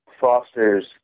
fosters